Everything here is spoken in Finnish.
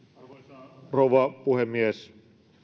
arvoisa rouva puhemies